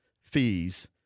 fees